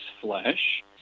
flesh